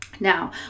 Now